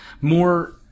more